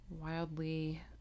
wildly